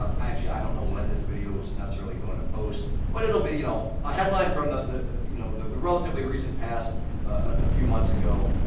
um actually i don't know when this video is necessarily going to post but it'll be you know a headline from the you know the relatively recent past a few months ago.